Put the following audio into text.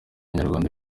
nyarwanda